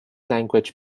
language